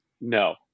no